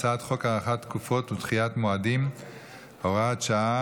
אני קובע שהצעת חוק-יסוד: משק המדינה (הוראת שעה